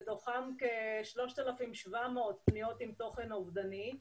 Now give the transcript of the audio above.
מתוכם כ-3,700 פניות עם תוכן אובדני.